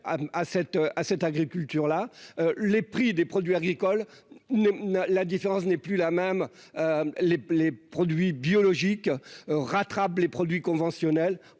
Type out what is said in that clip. à cette agriculture-là les prix des produits agricoles ne la différence n'est plus la même les les produits biologiques rattrape les produits conventionnels